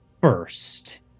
first